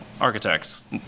architects